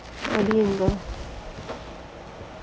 அது எங்க இருக்கு:athu enga irukku